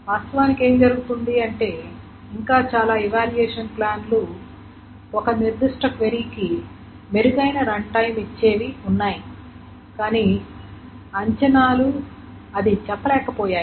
వాస్తవానికి ఏమి జరుగుతుంది అంటే ఇంకా చాలా ఇవాల్యూయేషన్ ప్లాన్లు ఒక నిర్దిష్ట క్వరీ కి మెరుగైన రన్టైమ్ ఇచ్చేవి ఉన్నాయి కానీ అంచనాలు అది చెప్పలేకపోయాయి